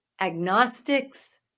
agnostics